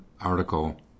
article